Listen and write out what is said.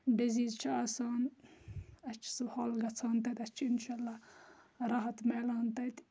disease چھِ آسان اَسہِ چھ سُہ حَل گَژھان تتتھس چھِ اِنشاء اَللہ راحَت مِیلان تَتہِ